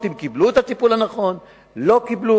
אם אסירים קיבלו את הטיפול הנכון או לא קיבלו.